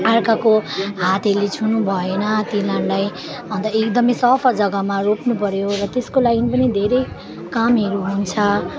अर्काको हातहरूले छुनुभएन तिनीहरूलाई अन्त एकदमै सफा जग्गामा रोप्नुपर्यो र त्यसको लागि पनि धेरै कामहरू हुन्छ